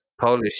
Polish